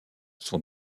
son